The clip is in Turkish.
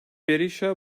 berişa